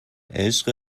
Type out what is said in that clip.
عشق